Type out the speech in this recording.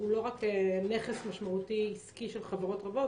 הוא לא רק נכס משמעותי-עסקי של חברות רבות,